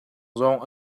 zong